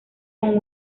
con